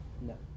No